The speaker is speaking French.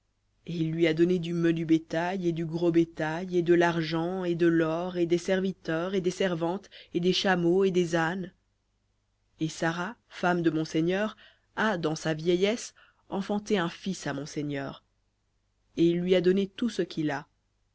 il lui a donné du menu bétail et du gros bétail et de l'argent et de l'or et des serviteurs et des servantes et des chameaux et des ânes et sara femme de mon seigneur a dans sa vieillesse enfanté un fils à mon seigneur et il lui a donné tout ce qu'il a